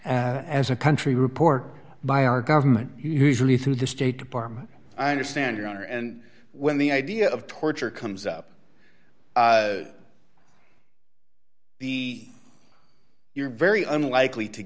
as a country report by our government usually through the state department i understand your honor and when the idea of torture comes up the you're very unlikely to